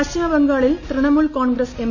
പശ്ചിമ ബംഗാളിൽ തൃണമൂൽ കോൺഗ്രസ് എം